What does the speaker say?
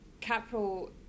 Capro